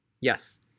Yes